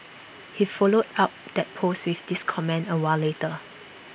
he followed up that post with this comment A while later